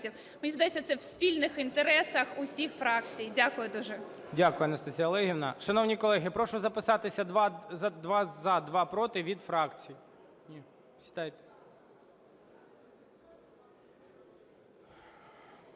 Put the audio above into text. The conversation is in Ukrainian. Мені здається, це в спільних інтересах усіх фракцій. Дякую дуже. ГОЛОВУЮЧИЙ. Дякую, Анастасія Олегівна. Шановні колеги, прошу записатися: два – за, два – проти від фракцій.